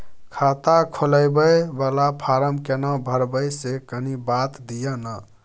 खाता खोलैबय वाला फारम केना भरबै से कनी बात दिय न?